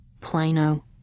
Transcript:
plano